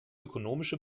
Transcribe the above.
ökonomische